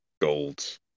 gold